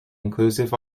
inclusive